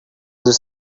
that